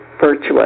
virtuous